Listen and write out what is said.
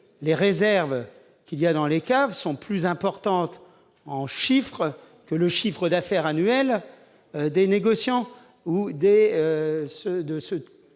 les réserves présentes dans les caves sont plus importantes, en valeur, que le chiffre d'affaires annuel des négociants ou des